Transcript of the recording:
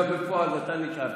גם כי בפועל נשארת כאן.